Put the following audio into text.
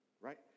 right